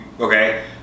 okay